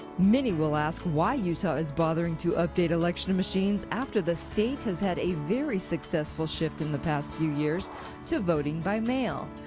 many will ask why utah is bothering to update election machines after the state has had a very successful shift in the past few years to voting by mail,